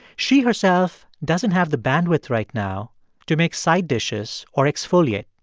she herself doesn't have the bandwidth right now to make side dishes or exfoliate.